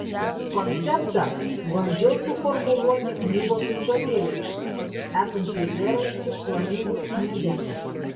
konceptą bandžiau suformuluoti knygos nugarėlėje esančiu eilėraščiu flamingai sniege